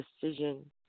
decision